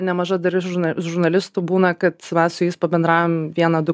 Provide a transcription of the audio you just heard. nemaža dalis žurna žurnalistų būna kad va su jais pabendraujam vieną du